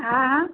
હા હા